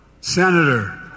senator